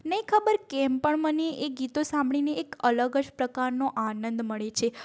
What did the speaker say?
નથી ખબર કેમ પણ મને એ ગીતો સાંભળીને એક અલગ જ પ્રકારનો આનંદ મળે છે